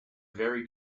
very